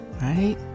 right